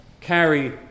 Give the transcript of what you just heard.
carry